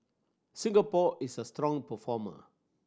Singapore is a strong performer